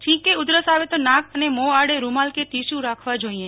છીંક કે ઉધરસ આવે તો નાક અને મોં આડે રૂમાલ કે ટીસ્યુ રાખવા જોઈએ